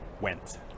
went